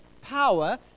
power